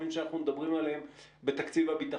בתקציב הביטחון,